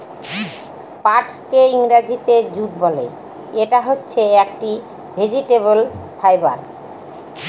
পাটকে ইংরেজিতে জুট বলে, ইটা হচ্ছে একটি ভেজিটেবল ফাইবার